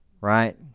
Right